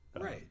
Right